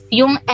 yung